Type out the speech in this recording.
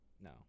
No